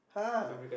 !huh!